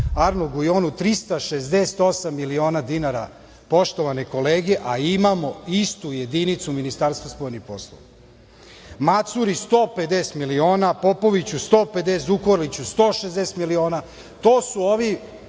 Gujonu 368 miliona dinara, poštovane kolege, a imamo istu jedinicu Ministarstva spoljnih poslova. Macuri 150 miliona, Popoviću 150 miliona, Zukorliću 160 miliona. To su ovi